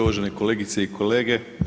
Uvažene kolegice i kolege.